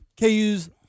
KU's